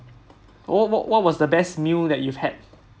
what what what was the best meal that you've had